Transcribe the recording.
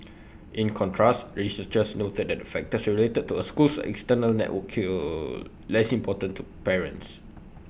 in contrast researchers noted that factors related to A school's external network were less important to parents